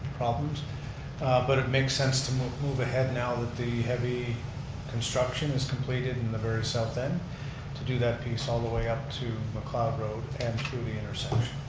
problems but it makes sense to move move ahead now that the heavy construction is completed in the very south then to do that piece all the way up to mcleod road and through the intersection.